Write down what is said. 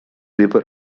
river